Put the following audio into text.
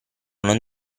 non